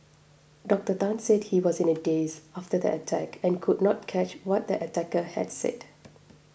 Doctor Tan said he was in a daze after the attack and could not catch what the attacker had said